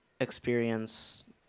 experience